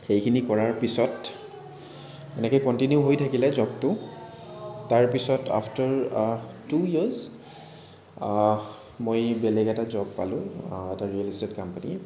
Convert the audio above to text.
সেইখিনি কৰাৰ পিছত এনেকৈ কণ্টিনিউ হৈ থাকিলে জবটো তাৰ পিছত আফতাৰ টু ইয়াৰ্চ মই বেলেগ এটা জব পালোঁ এটা ৰিয়েল ইষ্টেট কোম্পেনীত